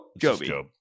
Joby